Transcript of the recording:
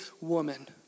woman